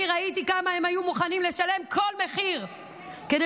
אני ראיתי כמה הם היו מוכנים לשלם כל מחיר כדי